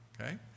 Okay